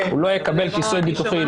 הוא לא יקבל כיסוי ביטוחי,